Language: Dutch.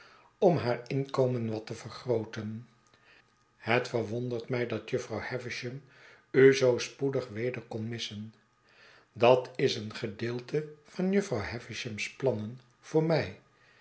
om haar inkomen wat te vergrooten het verwondert mij dat jufvrouw havisham u zoo spoedig weder kon missen dat is een gedeelte van jufvrouw havisham's plannen voor mij